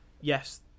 yes